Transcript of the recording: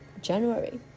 January